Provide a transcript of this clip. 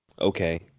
Okay